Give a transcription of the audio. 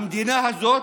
המדינה הזאת